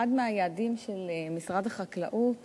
אחד מהיעדים של משרד החקלאות